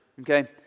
okay